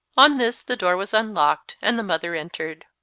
on this the door was unlocked and the mother entered.